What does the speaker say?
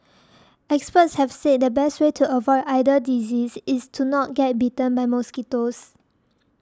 experts have said the best way to avoid either disease is to not get bitten by mosquitoes